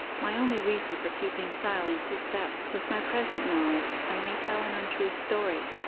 my only reason for keeping silence is that with my present knowledge i may tell an untrue story.